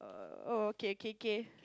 oh kay kay kay